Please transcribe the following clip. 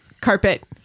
carpet